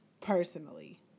personally